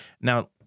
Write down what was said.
now